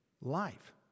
life